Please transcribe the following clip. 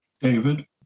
David